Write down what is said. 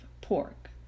pork